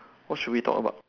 what should we talk about